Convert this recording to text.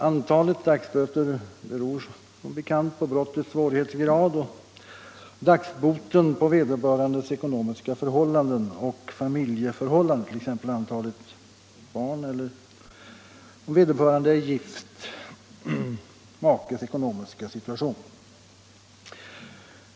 Antalet dagsböter beror som bekant på brottets svårighetsgrad och dagsboten på vederbörandes ekonomiska förhållanden och familjeförhållanden, t.ex. antalet barn och, om vederbörande är gift, makens ekonomiska situation.